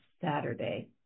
Saturday